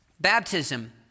Baptism